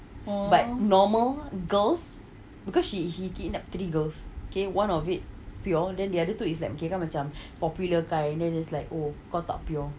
but normal girls because she he kidnapped three girls K one of it pure than the other two mereka macam popular kind then is like oh kau tak pure